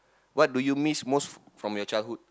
what do you miss most from your childhood